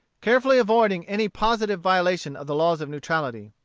carefully avoiding any positive violation of the laws of neutrality.